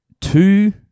two